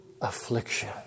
affliction